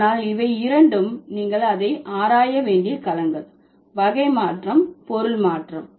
ஆனால் இவை இரண்டும் நீங்கள் அதை ஆராய வேண்டிய களங்கள் வகை மாற்றம் பொருள் மாற்றம்